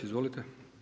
Izvolite.